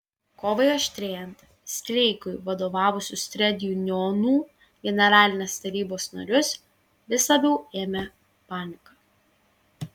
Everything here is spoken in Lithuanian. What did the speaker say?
kovai aštrėjant streikui vadovavusius tredjunionų generalinės tarybos narius vis labiau ėmė panika